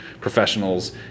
professionals